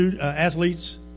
athletes